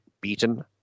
beaten